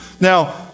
Now